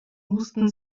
mussten